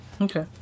Okay